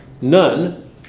none